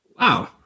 Wow